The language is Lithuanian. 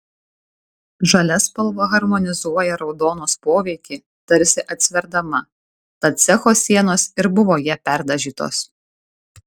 žalia spalva harmonizuoja raudonos poveikį tarsi atsverdama tad cecho sienos ir buvo ja perdažytos